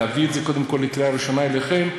להביא את זה קודם כול לקריאה ראשונה אליכם,